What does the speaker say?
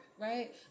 right